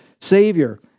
savior